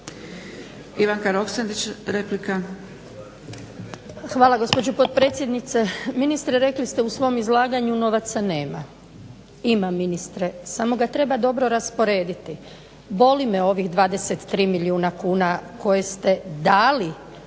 Hvala gospođo potpredsjednice. Ministre rekli ste u svom izlaganju novaca nema. Ima, ministre samo ga treba dobro rasporediti. Boli me ovih 23 milijuna kuna koje ste dali